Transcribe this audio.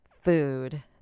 food